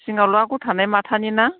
जिङावल' आगर थानाय माथानि ना